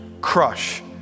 crush